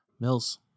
Mills